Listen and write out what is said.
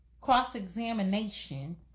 cross-examination